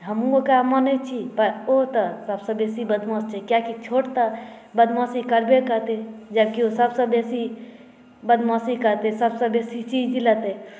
हमहू ओकरा मानै छी पर ओ तऽ सबसँ बेसी बदमाश छै कियाकि छोट तऽ बदमाशी करबे करतै जबकि ओ सबसँ बेसी बदमाशी करतै सबसँ बेसी चीज लेतै